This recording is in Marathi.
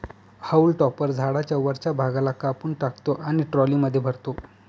हाऊल टॉपर झाडाच्या वरच्या भागाला कापून टाकतो आणि ट्रॉलीमध्ये भरतो